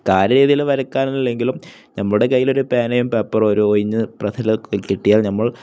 കാര്യം ഏത് രീതിയിലും വരക്കാനില്ലെങ്കിലും നമ്മുടെ കയ്യിലൊരു പേനയും പേപ്പറോ ഒരു ഒഴിഞ്ഞ പ്രതലം കിട്ടിയാൽ നമ്മൾ